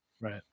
Right